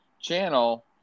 channel